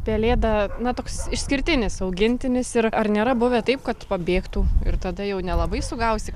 pelėda na toks išskirtinis augintinis ir ar nėra buvę taip kad pabėgtų ir tada jau nelabai sugausi